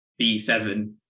B7